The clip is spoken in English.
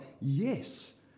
Yes